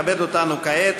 מכבד אותנו כעת,